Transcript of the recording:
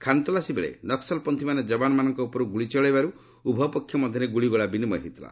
ଖାନତଲାସୀ ବେଳେ ନକ୍କଲପନ୍ଥୀମାନେ ଯବାନମାନଙ୍କ ଉପରକୁ ଗୁଳି ଚଳାଇବାରୁ ଉଭୟ ପକ୍ଷ ମଧ୍ୟରେ ଗୁଳିଗୋଳା ବିନିମୟ ହୋଇଥିଲା